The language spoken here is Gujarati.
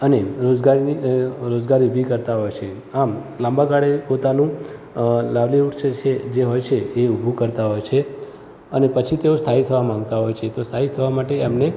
અને રોજગારીની અ રોજગારી ઉભી કરતા હોઈ છે આમ લાંબા ગાળે પોતાનું લાઇવલીહૂડ જે છે જે હોય છે એ ઉભું કરતા હોય છે અને પછી તેઓ સ્થાયી થવા માગતા હોય છે તો સ્થાયી થવા માટે એમને